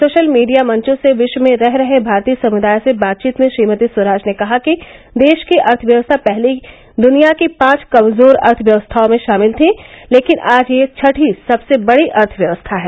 social media मंचों र्स विश्व में रह रहे भारतीय समुदाय से बातचीत में श्रीमती स्वराज ने कहा कि देश की अर्थव्यवस्था पहले दनिया की पांच कमजोर अर्थव्यस्थाओं में शामिल थी लेकिन आज यह छठी सबसे बड़ी अर्थव्यवस्था है